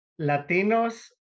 Latinos